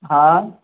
हा